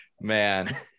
man